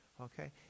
Okay